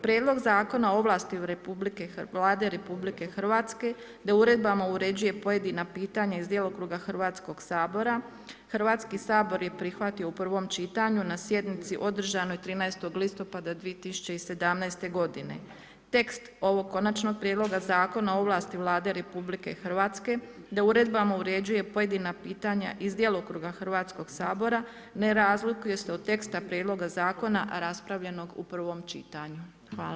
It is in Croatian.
Prijedlog zakona o ovlasti Vlade RH da uredbama uređuje pojedina pitanja iz djelokruga Hrvatskoga sabora, Hrvatski sabor je prihvatio u prvom čitanju na sjednici održanoj 13. listopada 2017. godine tekst ovog Konačnog prijedloga Zakona o ovlasti Vlade RH da uredbama uređuje pojedina pitanja iz djelokruga Hrvatskoga sabora ne razlikuje se od tekst prijedloga zakona raspravljenog u prvom čitanju.